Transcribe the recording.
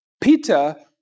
Peter